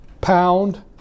pound